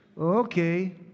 Okay